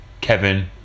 Kevin